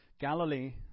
Galilee